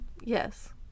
Yes